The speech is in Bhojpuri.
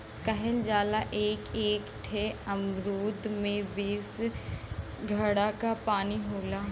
कहल जाला एक एक ठे अमरूद में बीस घड़ा क पानी होला